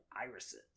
irises